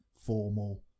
formal